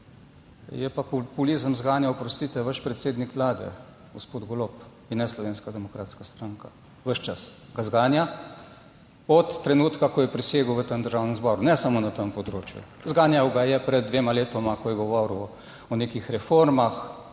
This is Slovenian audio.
Je pa populizem zganjal, oprostite, vaš predsednik Vlade, gospod Golob in ne Slovenska demokratska stranka. Ves čas ga zganja, od trenutka, ko je prisegel v tem Državnem zboru, ne samo na tem področju, zganjal ga je pred dvema letoma, ko je govoril o nekih reformah,